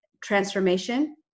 transformation